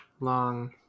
long